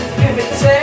pivot